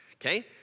Okay